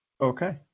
okay